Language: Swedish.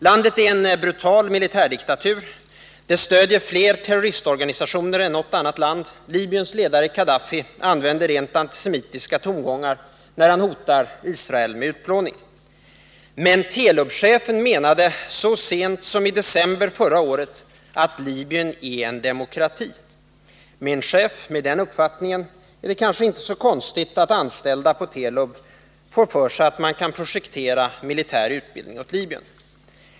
Landet är en brutal militärdiktatur. Det stödjer fler terroristorganisationer än något annat land. Libyens ledare Kadafi använder rent antisemitiska tongångar när han hotar Israel med utplåning. Men Telubchefen menade så sent som i december förra året att Libyen är en demokrati. Med en chef med den uppfattningen är det kanske inte så konstigt att anställda på Telub får för sig att man kan projektera militär utbildning åt Libyen.